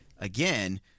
again